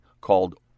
called